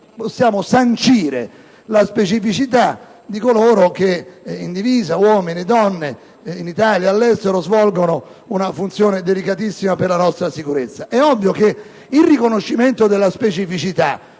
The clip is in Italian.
possiamo sancire la specificità di coloro che, uomini e donne, in divisa, in Italia e all'estero, svolgono una funzione delicatissima per la nostra sicurezza. È ovvio che il riconoscimento della specificità